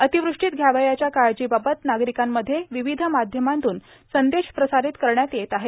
अतिवृष्टीत घ्यावयाच्या काळजीबाबत नागरिकांमध्ये विविध माध्यमांतून संदेश प्रसारित करण्यात येत आहेत